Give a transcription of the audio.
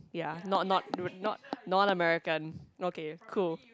ya not not not non American okay cool